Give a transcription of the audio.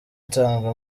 nsanzwe